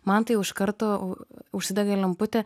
man tai jau iš karto užsidega lemputė